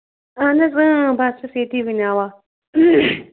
اہن حظ اۭں بہٕ حظ چھس ییٚتی ؤنہِ اوا